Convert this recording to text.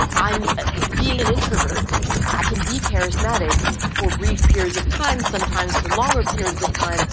i'm being an introvert i can be charismatic for brief periods of times, sometimes for longer periods of time